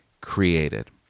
created